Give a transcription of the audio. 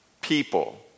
people